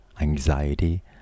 anxiety